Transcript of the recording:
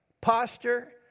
posture